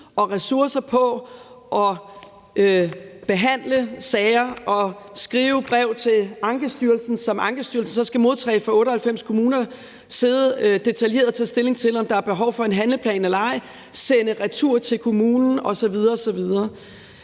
og ressourcer på at behandle sager og skrive breve til Ankestyrelsen, som Ankestyrelsen så skal modtage fra 98 kommuner, hvorefter de skal sidde og tage detaljeret stilling til, om der er behov for en handleplan eller ej, sende retur til kommunen osv. osv.